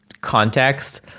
context